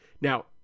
Now